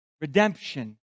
redemption